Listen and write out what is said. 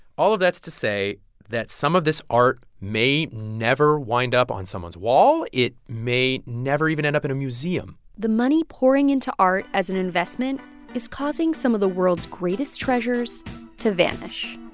all of that is to say that some of this art may never wind up on someone's wall. it may never even end up in a museum the money pouring into art as an investment is causing some of the world's greatest treasures to vanish